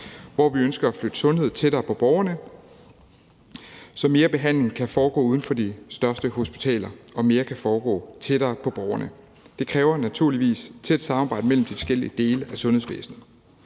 hvor vi ønsker at flytte sundhed tættere på borgerne, så mere behandling kan foregå uden for de største hospitaler og mere kan foregå tættere på borgerne. Det kræver naturligvis et tæt samarbejde mellem de forskellige dele af sundhedsvæsenet.